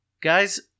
Guys